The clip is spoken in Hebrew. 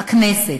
הכנסת,